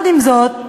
עם זאת,